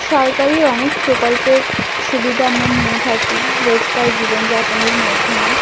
সরকারি অনেক প্রকল্পের সুবিধা আমরা নিয়ে থাকি রোজকার জীবনযাপনের মাধ্যমে